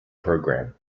program